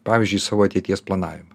pavyzdžiui savo ateities planavimą